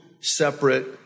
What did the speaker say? separate